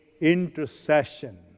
intercession